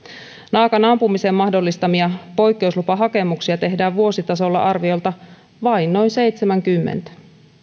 naakan ampumisen mahdollistavia poikkeuslupahakemuksia tehdään vuositasolla arviolta vain noin seitsemänkymmentä